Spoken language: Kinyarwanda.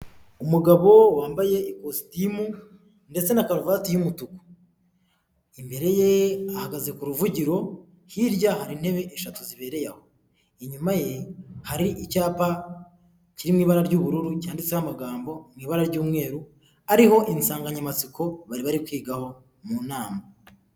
Umugabo wambaye ikositimu ndetse na karuvati y'umutuku, imbere ye ahagaze ku ruvugiro, hirya hari intebe eshatu zibereye aho, inyuma ye hari icyapa kirimo ibara ry'ubururu cyanditseho amagambo mu ibara ry'umweru ariho insanganyamatsiko bari bari kwigaho mu nama.